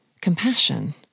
compassion